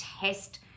test